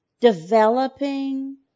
developing